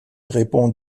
répond